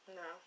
no